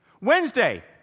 Wednesday